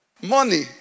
Money